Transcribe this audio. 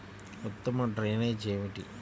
ఉత్తమ డ్రైనేజ్ ఏమిటి?